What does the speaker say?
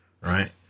right